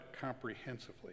comprehensively